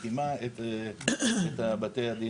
הרבנות הראשית היא מקימה את בתי הדין